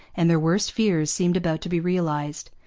and their worst fears seemed about to be realized.